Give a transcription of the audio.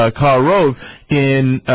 ah karo in